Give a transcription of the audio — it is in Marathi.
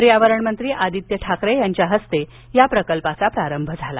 पर्यावरण मंत्री आदित्य ठाकरे यांच्या हस्ते या प्रकल्पाचा प्रारंभ झाला